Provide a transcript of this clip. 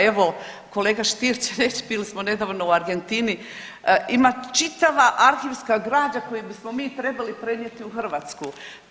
Evo kolega Stier će reć, bili smo nedavno u Argentini, ima čitava arhivska građa koju bismo mi trebali prenijeti u Hrvatsku.